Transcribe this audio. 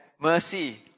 mercy